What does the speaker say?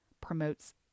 promotes